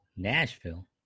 Nashville